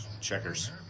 checkers